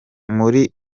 muri